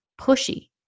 pushy